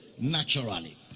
naturally